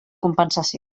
compensació